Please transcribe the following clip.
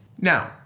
Now